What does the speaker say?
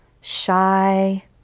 shy